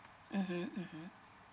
mmhmm mmhmm